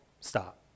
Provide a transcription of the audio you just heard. stop